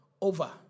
over